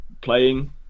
playing